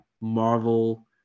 Marvel